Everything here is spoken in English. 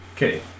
Okay